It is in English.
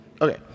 Okay